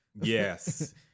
Yes